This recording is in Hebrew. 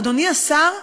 אדוני השר,